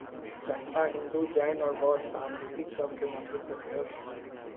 चंपा हिंदू, जैन और बौद्ध संस्कृतिय सभ के मंदिर से सेहो सम्बन्धित हइ